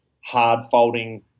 hard-folding